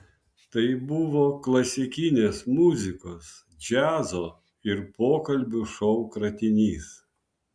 tai buvo klasikinės muzikos džiazo ir pokalbių šou kratinys